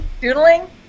Doodling